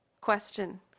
Question